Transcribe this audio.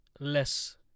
Less